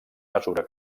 mesura